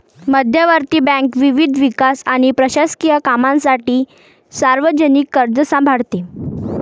मध्यवर्ती बँक विविध विकास आणि प्रशासकीय कामांसाठी सार्वजनिक कर्ज सांभाळते